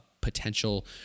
potential